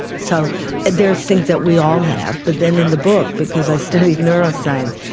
so there are things that we all have, but then in the book, because i studied neuroscience,